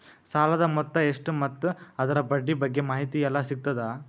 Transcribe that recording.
ಸಾಲದ ಮೊತ್ತ ಎಷ್ಟ ಮತ್ತು ಅದರ ಬಡ್ಡಿ ಬಗ್ಗೆ ಮಾಹಿತಿ ಎಲ್ಲ ಸಿಗತದ?